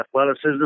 athleticism